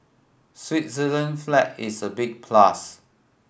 Switzerland flag is a big plus